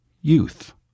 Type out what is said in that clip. youth